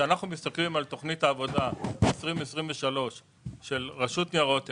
כשאנחנו מסתכלים על תוכנית העבודה ב-2023 של רשות לניירות ערך,